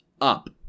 up